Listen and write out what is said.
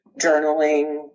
journaling